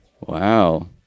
Wow